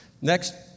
Next